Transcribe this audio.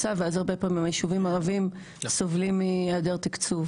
אנחנו כמובן ממשיכים לעבוד ביחד ולקדם את הדברים.